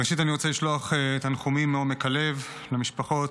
ראשית, אני רוצה לשלוח תנחומים מעומק הלב למשפחות